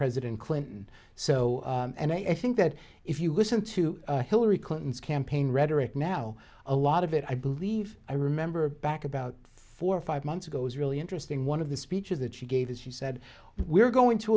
president clinton so and i think that if you listen to hillary clinton's campaign rhetoric now a lot of it i believe i remember back about four or five months ago is really interesting one of the speeches that she gave as she said we are going to